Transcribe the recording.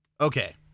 Okay